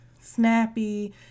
snappy